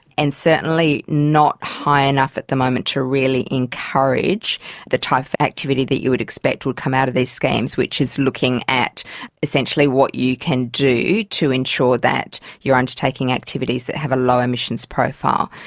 and certainly not high enough at the moment to really encourage the type of that you would expect would come out of these schemes, which is looking at essentially what you can do to ensure that you are undertaking activities that have a low emissions profile.